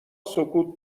سکوت